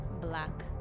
black